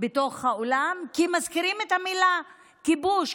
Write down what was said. בתוך האולם, כי מזכירים את המילה "כיבוש".